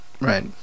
right